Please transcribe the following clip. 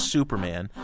Superman